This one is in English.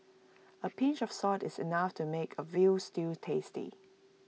A pinch of salt is enough to make A Veal Stew tasty